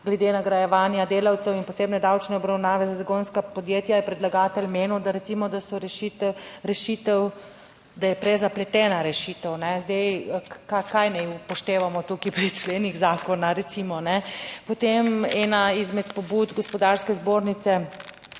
glede nagrajevanja delavcev in posebne davčne obravnave za zagonska podjetja je predlagatelj menil, da recimo, da so rešitve rešitev, da je prezapletena rešitev. Zdaj, kaj naj upoštevamo tukaj pri členih zakona recimo? Potem, ena izmed pobud gospodarske zbornice,